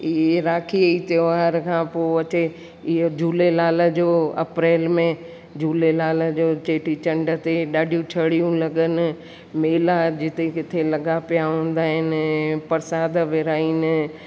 इहे राखी त्योहार खां पोइ अचे इहे झूलेलाल जो अप्रेल में झूलेलाल जो चेटीचंड ते ॾाढी छड़ियूं लॻनि मेला जिते किथे लॻा पिया हूंदा आहिनि ऐं परसाद विरिहाइनि